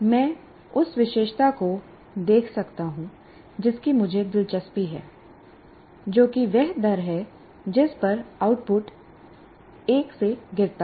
मैं उस विशेषता को देख सकता हूं जिसकी मुझे दिलचस्पी है जो कि वह दर है जिस पर आउटपुट 1 से गिरता है